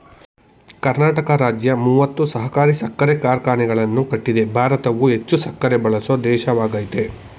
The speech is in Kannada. ಕರ್ನಾಟಕ ರಾಜ್ಯ ಮೂವತ್ತು ಸಹಕಾರಿ ಸಕ್ಕರೆ ಕಾರ್ಖಾನೆಗಳನ್ನು ಕಟ್ಟಿದೆ ಭಾರತವು ಹೆಚ್ಚು ಸಕ್ಕರೆ ಬಳಸೋ ದೇಶವಾಗಯ್ತೆ